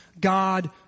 God